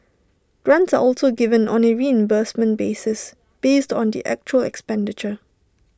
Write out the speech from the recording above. grants are also given on A reimbursement basis based on the actual expenditure